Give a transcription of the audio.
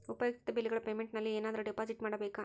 ಉಪಯುಕ್ತತೆ ಬಿಲ್ಲುಗಳ ಪೇಮೆಂಟ್ ನಲ್ಲಿ ಏನಾದರೂ ಡಿಪಾಸಿಟ್ ಮಾಡಬೇಕಾ?